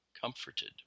comforted